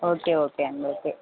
okay okay అండి okay